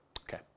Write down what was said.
Okay